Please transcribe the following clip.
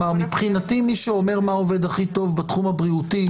מבחינתי מי שאומר מה עובד הכי טוב בתחום הבריאותי,